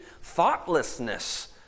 Thoughtlessness